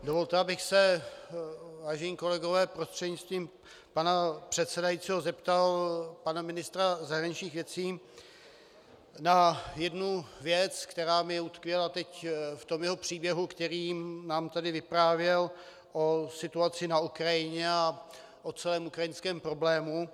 Dovolte, abych se, vážení kolegové, prostřednictvím pana předsedajícího zeptal pana ministra zahraničních věcí na jednu věc, která mi utkvěla teď v jeho příběhu, který nám tady vyprávěl o situaci na Ukrajině a o celém ukrajinském problému.